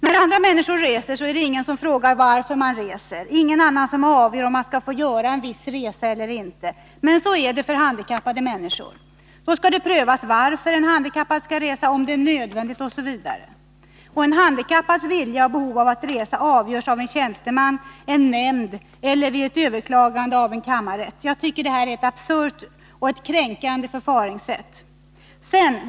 När andra människor reser, är det ingen som frågar varför de reser. Ingen annan avgör om man skall få göra en viss resa eller inte. Men så är det för handikappade människor. Då skall det prövas varför en handikappad skall resa, om det är nödvändigt osv. Och en handikappads vilja och behov av att resa avgörs av en tjänsteman, en nämnd eller vid ett överklagande av en kammarrätt. Jag tycker detta är ett absurt och kränkande förfaringssätt.